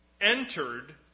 entered